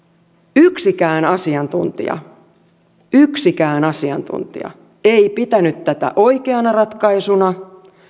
yksikään asiantuntija yksikään asiantuntija ei pitänyt tätä oikeana ratkaisuna